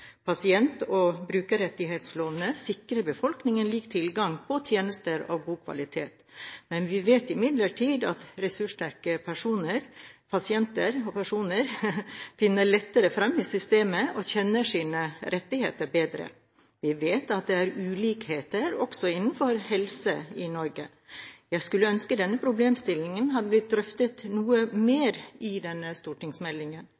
Pasient- og brukerrettighetsloven sikrer befolkningen lik tilgang på tjenester av god kvalitet. Vi vet imidlertid at ressurssterke pasienter finner lettere fram i systemet og kjenner sine rettigheter bedre. Vi vet at det er ulikheter også innenfor helse i Norge. Jeg skulle ønske denne problemstillingen hadde blitt drøftet noe